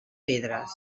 pedres